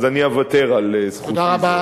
אז אני אוותר על זכותי זאת.